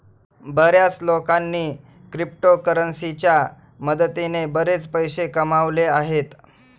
बर्याच लोकांनी क्रिप्टोकरन्सीच्या मदतीने बरेच पैसे कमावले आहेत